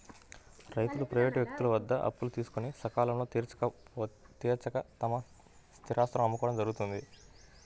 రైతులు ప్రైవేటు వ్యక్తుల వద్ద అప్పులు తీసుకొని సకాలంలో తీర్చలేక తమ స్థిరాస్తులను అమ్ముకోవడం జరుగుతోంది